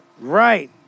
Right